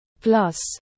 plus